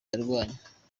yarwanye